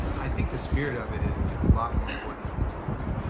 i think the spirit of it is is a lot more important than the tools.